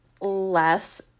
less